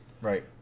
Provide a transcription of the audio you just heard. Right